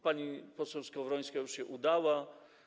Pani poseł Skowrońska już się udała.